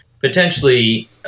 potentially